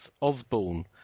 osborne